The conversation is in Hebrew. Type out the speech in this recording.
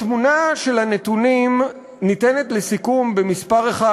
התמונה של הנתונים ניתנת לסיכום במספר אחד,